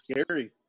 scary